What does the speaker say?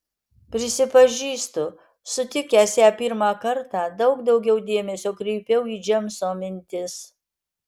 prisipažįstu sutikęs ją pirmą kartą daug daugiau dėmesio kreipiau į džeimso mintis